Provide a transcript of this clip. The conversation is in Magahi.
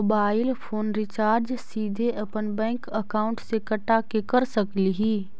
मोबाईल फोन रिचार्ज सीधे अपन बैंक अकाउंट से कटा के कर सकली ही?